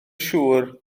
siŵr